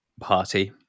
party